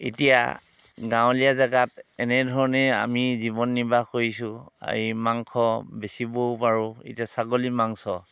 এতিয়া গাঁৱলীয়া জেগাত এনেধৰণেই আমি জীৱন নিৰ্বাহ কৰিছোঁ এই মাংস বেচিবও পাৰোঁ এতিয়া ছাগলী মাংস